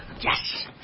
Yes